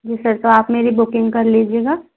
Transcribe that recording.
जी sir तो आप मेरी बुकिंग कर लीजिएगा